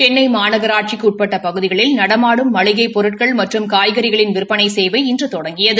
சென்னை மாநகராட்சிக்கு உட்பட்ட பகுதிகளில் நடமாடும் மளிகைப் பொருட்கள் மற்றும் காய்கறிகளின் விற்பனை சேவை இன்று தொடங்கியது